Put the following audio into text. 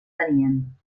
tenien